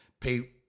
pay